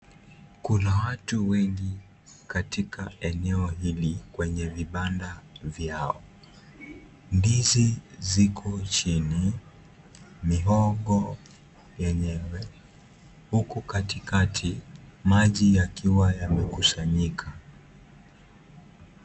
Kuna watu wengi katika eneo hili kwenye vibanda vyao. Ndizi ziko chini, mihogo yenyewe huku katikati maji yakiwa yamekusanyika.